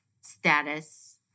status